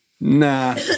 Nah